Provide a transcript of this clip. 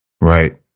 right